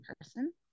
person